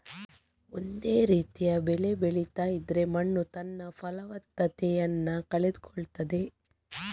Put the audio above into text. ಒಂದೇ ರೀತಿಯ ಬೆಳೆ ಬೆಳೀತಾ ಇದ್ರೆ ಮಣ್ಣು ತನ್ನ ಫಲವತ್ತತೆಯನ್ನ ಕಳ್ಕೊಳ್ತದೆ